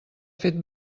fet